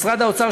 משרד האוצר,